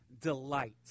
delight